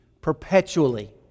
perpetually